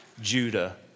Judah